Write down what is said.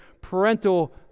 parental